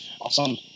Awesome